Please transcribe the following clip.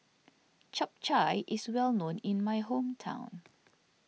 Chap Chai is well known in my hometown